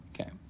Okay